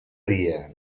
dia